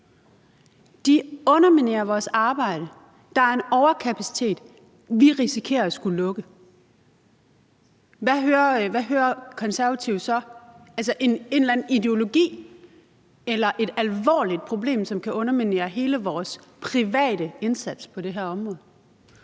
underminerer deres arbejde, at der er en overkapacitet, og at de risikerer at skulle lukke, hvad hører Konservative så? Hører de en eller anden ideologi eller et alvorligt problem, som kan underminere hele vores private indsats på det her område?